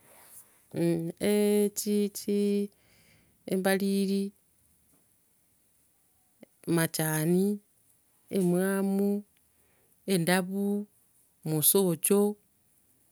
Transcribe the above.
echichi, embariri, machani, emwamu, endabu, mosocho, mwa.